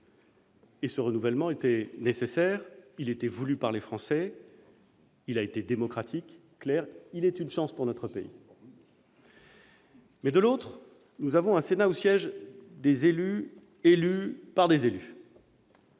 Ce renouvellement était nécessaire. Il était voulu par les Français. Il a été démocratique, clair. Il est une chance pour notre pays. De l'autre côté, nous avons un Sénat où siègent « des élus élus par des élus